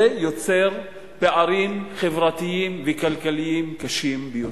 זה יוצר פערים חברתיים וכלכליים קשים ביותר.